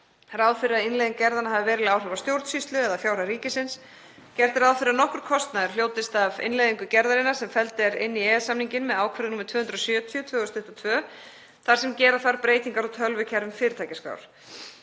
ráð fyrir að innleiðing gerðanna hafi veruleg áhrif á stjórnsýslu eða fjárhag ríkisins. Gert er ráð fyrir að nokkur kostnaður hljótist af innleiðingu gerðarinnar sem felld er inn í EES-samninginn með ákvörðun nr. 270/2022, þar sem gera þarf breytingar á tölvukerfum fyrirtækjaskrár.